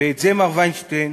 ואת זה, מר וינשטיין,